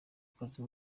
kazi